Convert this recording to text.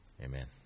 amen